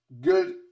Good